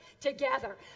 together